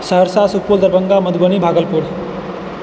Saharsa Supaul Darbhanga Madhubani Bhagalpur